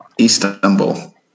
Istanbul